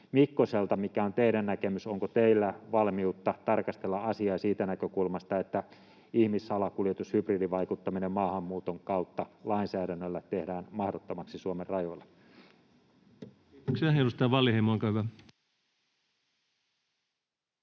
Mikkoselta: Mikä on teidän näkemyksenne? Onko teillä valmiutta tarkastella asiaa siitä näkökulmasta, että ihmissalakuljetus ja hybridivaikuttaminen maahanmuuton kautta tehdään lainsäädännöllä mahdottomaksi Suomen rajoilla? [Speech 66] Speaker: Ensimmäinen